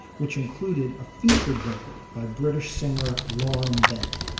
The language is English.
which included a featured vocal by british singer lauryn bennett.